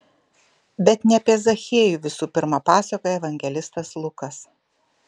bet ne apie zachiejų visų pirma pasakoja evangelistas lukas